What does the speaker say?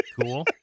Cool